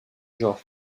genre